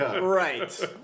Right